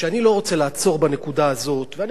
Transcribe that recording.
ואני רוצה לומר לאלי ישי עוד דבר: